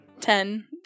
Ten